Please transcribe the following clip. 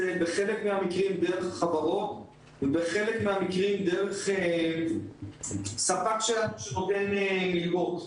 בחלק מהמקרים דרך החברות ובחלק מהמקרים דרך ספק שנותן מלגות.